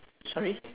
sorry